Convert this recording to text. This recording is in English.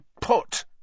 put